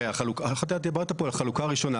הרי, אתה דיברת פה על החלוקה הראשונה.